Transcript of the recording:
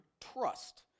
Trust